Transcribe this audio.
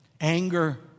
Anger